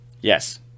Yes